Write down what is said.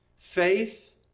Faith